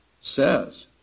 says